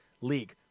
league